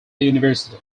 university